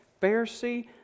Pharisee